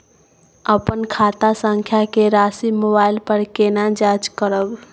अपन खाता संख्या के राशि मोबाइल पर केना जाँच करब?